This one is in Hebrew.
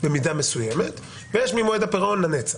במידה מסוימת, ויש ממועד הפירעון לנצח.